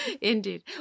indeed